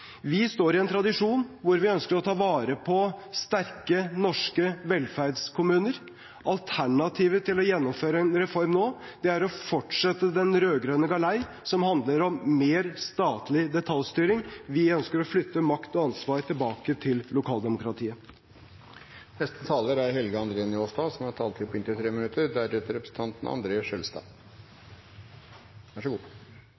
Vi står i en tradisjon der vi ønsker å ta vare på sterke norske velferdskommuner. Alternativet til å gjennomføre en reform nå er å fortsette den rød-grønne galei, som handler om mer statlig detaljstyring. Vi ønsker å flytte makt og ansvar tilbake til lokaldemokratiet. Eg må innrømma at det var representanten Kolberg som